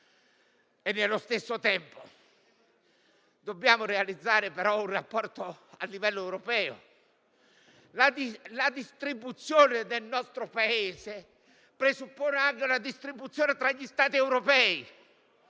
Nello stesso tempo, dobbiamo realizzare un rapporto a livello europeo. La distribuzione nel nostro Paese ne presuppone una anche tra gli Stati europei